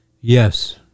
Yes